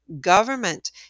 government